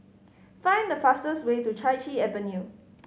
find the fastest way to Chai Chee Avenue